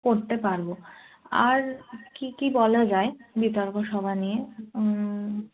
করতে পারবো আর কী কী বলা যায় বিতর্ক সভা নিয়ে